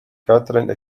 catherine